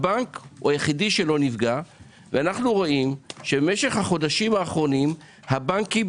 הבנק הוא היחיד שלא נפגע ואנו רואים שבמשך החודשים האחרונים הבנקים